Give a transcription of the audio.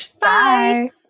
Bye